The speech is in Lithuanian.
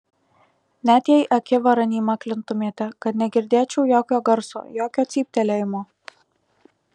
net jei akivaran įmaklintumėte kad negirdėčiau jokio garso jokio cyptelėjimo